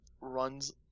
runs